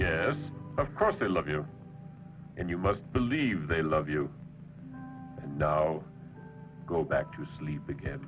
yes of course they love you and you must believe they love you now go back to sleep again